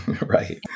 Right